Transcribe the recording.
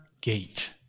gate